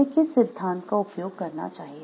हमें किस सिद्धांत का उपयोग करना चाहिए